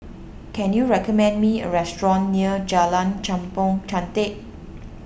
can you recommend me a restaurant near Jalan Kampong Chantek